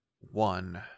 one